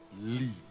Lead